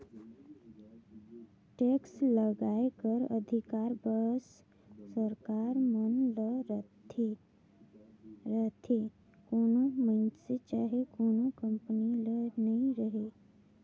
tax लगाए कर अधिकार बस सरकार मन ल रहथे कोनो मइनसे चहे कोनो कंपनी ल नी रहें